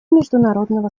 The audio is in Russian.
международного